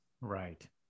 Right